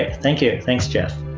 thank you. thanks, jeff